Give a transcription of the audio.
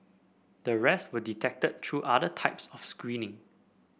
the rest were detected through other types of screening